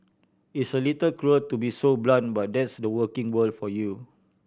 it's a little cruel to be so blunt but that's the working world for you